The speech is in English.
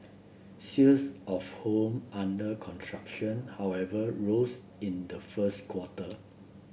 sales of home under construction however rose in the first quarter